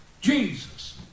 Jesus